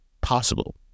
possible